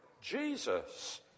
Jesus